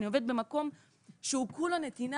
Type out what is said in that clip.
אני עובדת במקום שהוא כולו נתינה